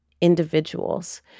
individuals